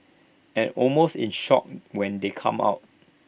and almost in shock when they came out